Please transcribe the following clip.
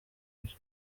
byo